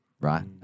right